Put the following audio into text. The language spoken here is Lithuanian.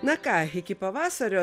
na ką iki pavasario